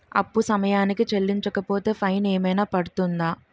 అప్పు సమయానికి చెల్లించకపోతే ఫైన్ ఏమైనా పడ్తుంద?